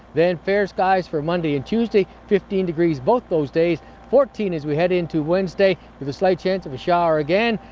then fair skies for monday and tuesday, fifteen degrees both those days. fourteen as we head into wednesday, with a slight chance of a shower again.